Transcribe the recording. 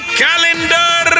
calendar